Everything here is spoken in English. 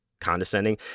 condescending